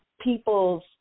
people's